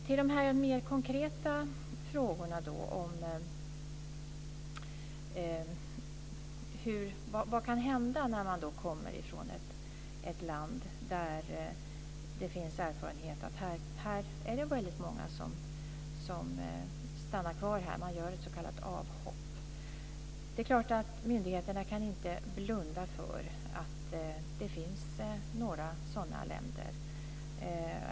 Till de mer konkreta frågorna om vad som kan hända när man kommer ifrån ett land där det finns erfarenhet av att det är väldigt många som stannar här och gör ett s.k. avhopp. Myndigheterna kan naturligtvis inte blunda för att det finns några sådana länder.